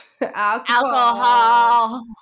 alcohol